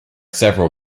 several